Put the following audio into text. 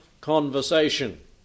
conversation